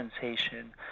sensation